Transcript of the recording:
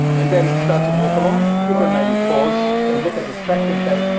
and then start to walk along. you can maybe pause and look at this tractor and say,